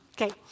Okay